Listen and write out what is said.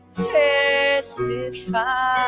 testify